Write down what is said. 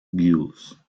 gules